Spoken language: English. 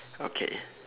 okay